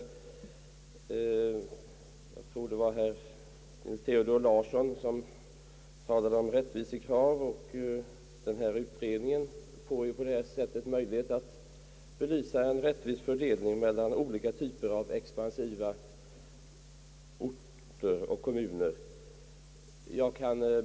Jag tror att det var herr Nils Theodor Larsson, som talade om rättvisekrav, och utredningen får på detta sätt möjlighet att belysa en rättvis fördelning mellan olika typer av expansiva orter och kommuner.